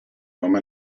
nome